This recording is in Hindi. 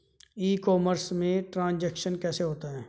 ई कॉमर्स में ट्रांजैक्शन कैसे होता है?